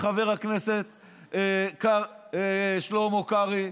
חבר הכנסת שלמה קרעי,